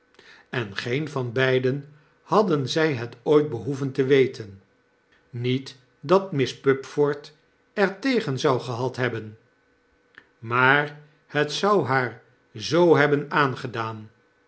en geen van beiden hadden zy het ooit behoeven te weten niet dat miss pupford er tegen zou gehad hebben maar het zou haar zoo hebben aangedaan